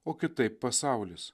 o kitaip pasaulis